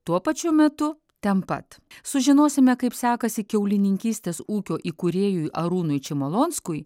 tuo pačiu metu ten pat sužinosime kaip sekasi kiaulininkystės ūkio įkūrėjui arūnui čimolonskui